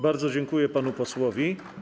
Bardzo dziękuję panu posłowi.